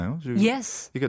Yes